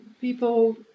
People